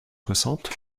soixante